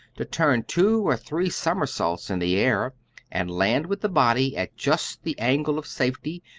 to turn two or three somersaults in the air and land with the body at just the angle of safety,